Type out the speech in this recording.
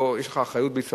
יש לך אחריות בלי סמכות,